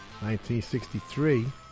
1963